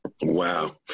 wow